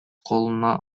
колуна